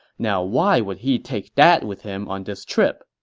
now why would he take that with him on this trip?